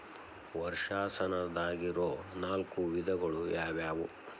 ವರ್ಷಾಶನದಾಗಿರೊ ನಾಲ್ಕು ವಿಧಗಳು ಯಾವ್ಯಾವು?